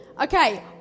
Okay